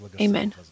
Amen